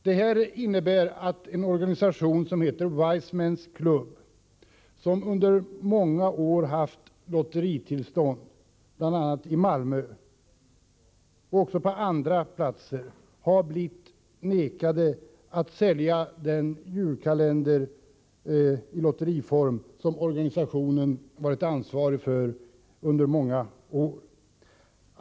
Det innebär att en organisation som heter Y's Mens Club — som under många år haft lotteritillstånd, i Malmö och även på andra platser — har blivit vägrad att sälja den julkalender i lotteriform som organisationen under många år varit ansvarig för.